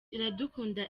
iradukunda